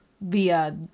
via